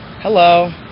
Hello